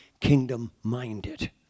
kingdom-minded